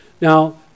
Now